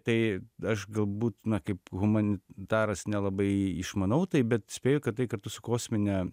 tai aš galbūt na kaip humanitaras nelabai išmanau tai bet spėju kad tai kartu su kosmine